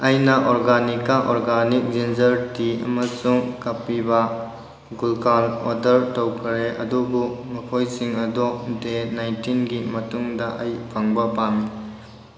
ꯑꯩꯅ ꯑꯣꯔꯒꯅꯤꯀꯥ organic ginger tea ꯑꯃꯁꯨꯡ ꯀꯄꯤꯚꯥ ꯒꯨꯜꯀꯥꯟ ꯑꯣꯔꯗꯔ ꯇꯧꯈ꯭ꯔꯦ ꯑꯗꯨꯕꯨ ꯃꯈꯣꯏꯁꯤꯡ ꯑꯗꯣ ꯗꯦ ꯅꯥꯏꯟꯇꯤꯟꯒꯤ ꯃꯇꯨꯡꯗ ꯑꯩ ꯐꯪꯕ ꯄꯥꯝꯃꯤ